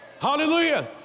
hallelujah